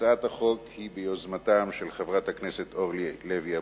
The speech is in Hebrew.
הצעת החוק היא ביוזמתם של חברת הכנסת אורלי לוי אבקסיס,